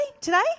today